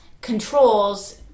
controls